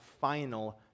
final